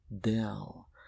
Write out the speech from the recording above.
dell